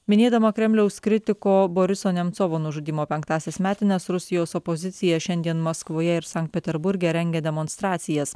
minėdama kremliaus kritiko boriso nemcovo nužudymo penktąsias metines rusijos opozicija šiandien maskvoje ir sankt peterburge rengia demonstracijas